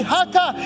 Haka